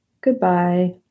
Goodbye